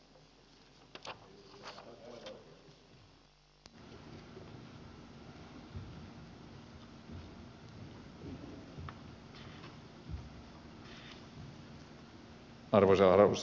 arvoisa herra puhemies